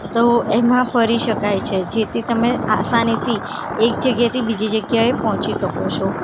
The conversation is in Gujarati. તો એમાં ફરી શકાય છે જેથી તમે આસાનીથી એક જગ્યાએથી બીજી જગ્યાએ પહોંચી શકો છો